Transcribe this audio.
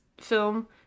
film